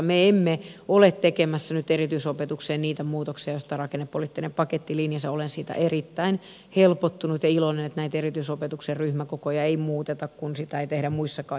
me emme ole tekemässä nyt erityisopetukseen niitä muutoksia joista rakennepoliittinen paketti linjasi ja olen siitä erittäin helpottunut ja iloinen että näitä erityisopetuksen ryhmäkokoja ei muuteta kun sitä ei tehdä muissakaan jutuissa